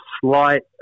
slight